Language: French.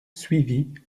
suivit